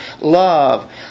love